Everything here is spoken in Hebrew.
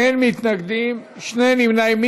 אין מתנגדים, שני נמנעים.